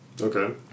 Okay